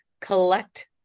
collect